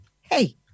hey